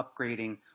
upgrading